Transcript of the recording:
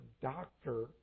doctor